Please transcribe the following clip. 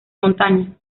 montaña